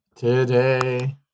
Today